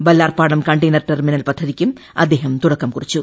Vallarpadam container terminal പദ്ധതിക്കും അദ്ദേഹം തുടക്കം കുറിച്ചു